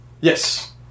Yes